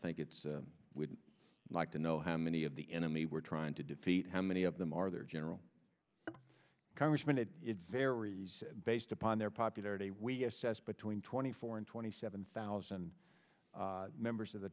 think it's we'd like to know how many of the enemy we're trying to defeat how many of them are there general congressman it varies based upon their popularity we assessed between twenty four and twenty seven thousand members of the